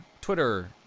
twitter